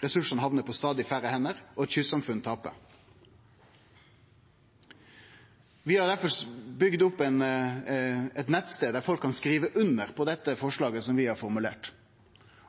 ressursane hamnar på stadig færre hender, og at kystsamfunna taper. Vi har derfor bygd opp ein nettstad der folk kan skrive under på forslaget som vi har formulert.